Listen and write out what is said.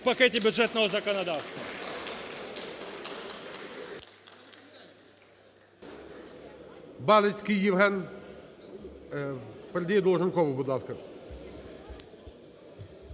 пакеті бюджетного законодавства.